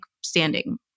standing